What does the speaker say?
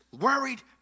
worried